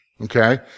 okay